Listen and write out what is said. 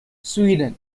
sweden